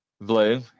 Blue